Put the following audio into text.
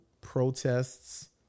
protests